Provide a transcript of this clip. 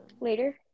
Later